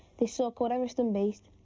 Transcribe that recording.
this so called haverston beast,